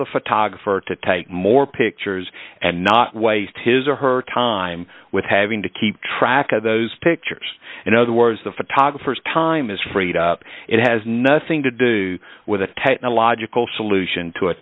the photographer to take more pictures and not waste his or her time with having to keep track of those pictures in other words the photographers time is freed up it has nothing to do with a technological solution to a